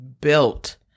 built